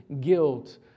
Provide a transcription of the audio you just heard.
guilt